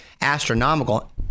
astronomical